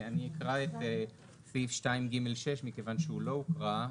אני אקרא את סעיף 2ג6, מכיוון שהוא לא הוקרא.